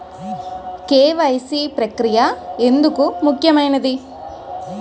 KYC ప్రక్రియ ఎందుకు ముఖ్యమైనది?